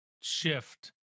shift